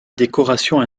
décoration